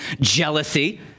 jealousy